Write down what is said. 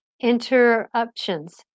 Interruptions